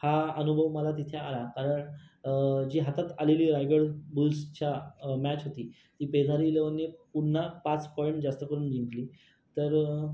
हा अनुभव मला तिथे आला कारण जी हातात आलेली रायगड बुल्सच्या मॅच होती ती पेदारी एलेवनने पुन्हा पाच पॉईंट जास्त करून जिंकली तर